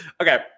Okay